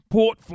Port